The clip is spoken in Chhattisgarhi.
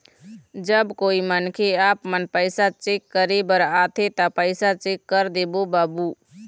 जब कोई मनखे आपमन पैसा चेक करे बर आथे ता पैसा चेक कर देबो बाबू?